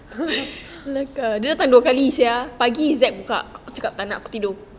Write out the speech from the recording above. kelakar